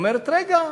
היא אומרת: רגע,